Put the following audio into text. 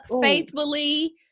faithfully